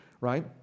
right